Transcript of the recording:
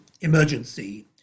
emergency